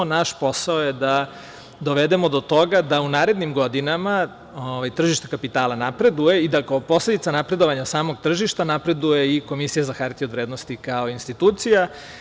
Naš posao je da dovedemo do toga da u narednim godinama tržište kapitala napreduje i da kao posledica napredovanja samog tržišta napreduje i Komisija za hartije od vrednosti i kao institucija.